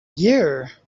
year